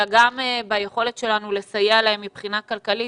אלא גם ביכולת שלנו לסייע להם מבחינה כלכלית.